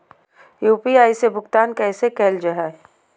UPI से भुगतान कैसे कैल जहै?